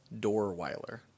Dorweiler